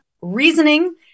reasoning